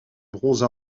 bronze